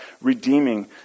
redeeming